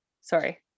sorry